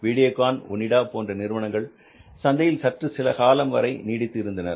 Videocon Onida போன்ற நிறுவனங்கள் சந்தையில் சற்று சில காலம் வரை நிலைத்து இருந்தனர்